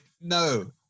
no